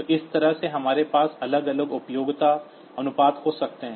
तो इस तरह से हमारे पास अलग अलग उपयोगिता अनुपात हो सकते हैं